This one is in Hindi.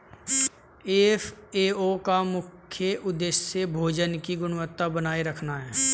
एफ.ए.ओ का मुख्य उदेश्य भोजन की गुणवत्ता बनाए रखना है